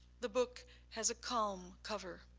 the book has a calm cover,